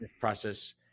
process